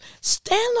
stand